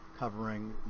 covering